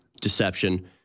deception